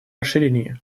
расширении